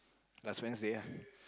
last Wednesday ah